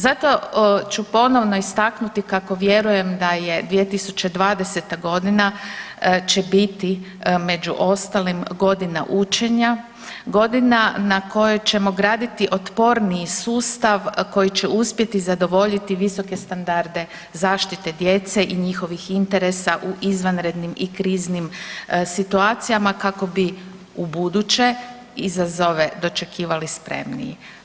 Zato ću ponovno istaknuti kako vjerujem da 2020. g. će biti među ostalim godina učenja, godina na kojoj ćemo graditi otporniji sustav koji je uspjeti zadovoljiti visoke standarde zaštite djece i njihovih interesa u izvanrednim i kriznim situacijama kako bi ubuduće izazove dočekivali spremniji.